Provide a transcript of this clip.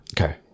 Okay